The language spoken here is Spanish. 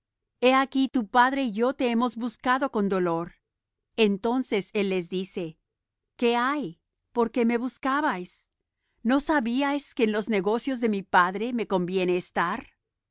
he aquí tu padre y yo te hemos buscado con dolor entonces él les dice qué hay por qué me buscabais no sabíais que en los negocios de mi padre me conviene estar